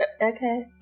Okay